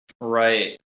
Right